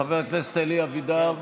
חבר הכנסת אלי אבידר,